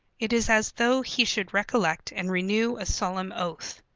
it is as though he should recollect and renew a solemn oath.